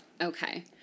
Okay